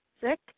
sick